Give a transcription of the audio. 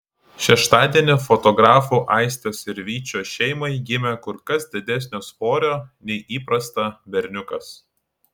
šeštadienį fotografų aistės ir vyčio šeimai gimė kur kas didesnio svorio nei įprasta berniukas